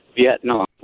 Vietnam